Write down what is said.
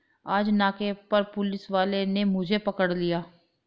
आज नाके पर पुलिस वाले ने मुझे पकड़ लिया